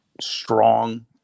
strong